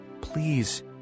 please